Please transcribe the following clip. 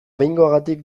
behingoagatik